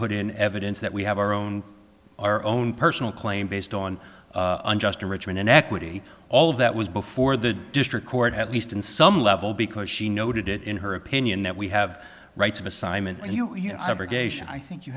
put in evidence that we have our own our own personal claim based on unjust enrichment in equity all of that was before the district court at least in some level because she noted it in her opinion that we have rights of assignment